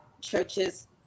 churches